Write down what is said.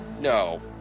no